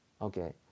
okay